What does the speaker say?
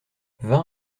vingt